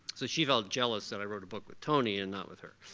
so she felt jealous that i wrote a book with tony and not with her.